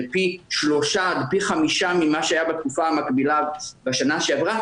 פי 3 עד פי 5 ממה שהיה בתקופה המקבילה בשנה שעברה